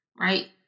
right